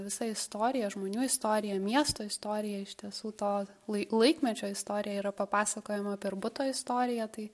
visa istorija žmonių istorija miesto istorija iš tiesų to lai laikmečio istorija yra papasakojama per buto istoriją tai